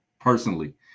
personally